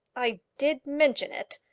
i did mention it,